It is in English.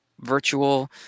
virtual